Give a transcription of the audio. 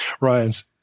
Ryan's